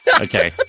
Okay